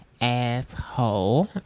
asshole